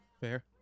Fair